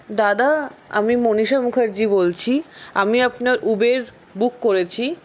দাদা আমি মনীষা মুখার্জি বলছি আমি আপনার উবের বুক করেছি